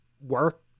work